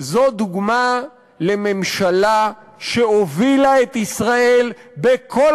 זו דוגמה לממשלה שהובילה את ישראל בכל